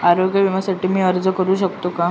आरोग्य विम्यासाठी मी अर्ज करु शकतो का?